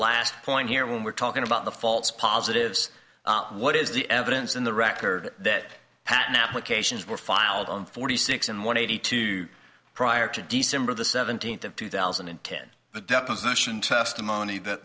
last point here when we're talking about the false positives what is the evidence in the record that patent applications were filed on forty six and one eighty two prior to december the seventeenth of two thousand and ten the deposition testimony that